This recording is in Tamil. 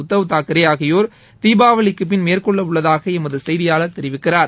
உத்தவ் தாக்கரே ஆகியோா் தீபாவளிக்குப் பின் மேற்கொள்ளவுள்ளதாக எமது செய்தியாளர் தெரிவிக்கிறார்